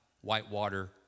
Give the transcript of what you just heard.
Whitewater